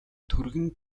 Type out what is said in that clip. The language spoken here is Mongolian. түргэн